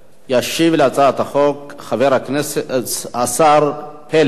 ישיב על הצעת החוק השר פלד.